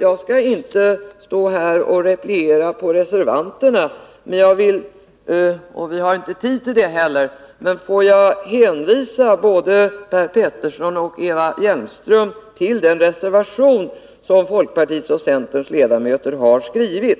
Jag skall inte stå här och repliera på reservanterna, och vi har inte tid till det heller, men låt mig hänvisa både Per Petersson och Eva Hjelmström till den reservation som folkpartiets och centerns ledamöter har skrivit